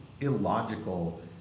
illogical